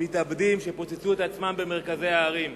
מתאבדים שפוצצו את עצמם במרכזי ערים.